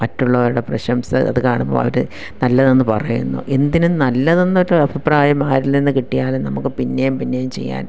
മറ്റുള്ളവരുടെ പ്രശംസ അതു കാണുമ്പോൾ അവർ നല്ലതെന്നു പറയുന്നു എന്തിനും നല്ലതെന്നൊരു അഭിപ്രായമാരിൽ നിന്നു കിട്ടിയാലും നമുക്ക് പിന്നെയും പിന്നെയും ചെയ്യാൻ